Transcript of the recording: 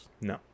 No